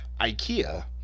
Ikea